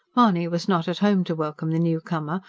mahony was not at home to welcome the new-comer,